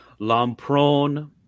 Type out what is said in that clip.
Lampron